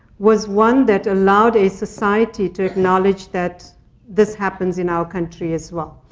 was one that allowed a society to acknowledge that this happens in our country as well.